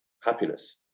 happiness